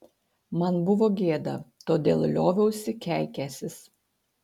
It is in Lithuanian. man buvo gėda todėl lioviausi keikęsis